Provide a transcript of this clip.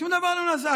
שום דבר לא נעשה.